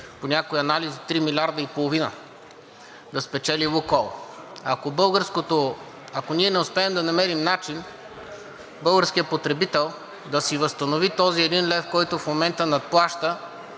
по някои анализи 3,5 млрд. лв. да спечели „Лукойл“. Ако ние не успеем да намерим начин българският потребител да си възстанови този 1 лв., който в момента надплаща,